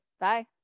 Bye